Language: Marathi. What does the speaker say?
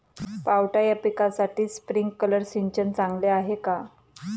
पावटा या पिकासाठी स्प्रिंकलर सिंचन चांगले आहे का?